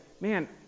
Man